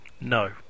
No